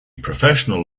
professional